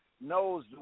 knows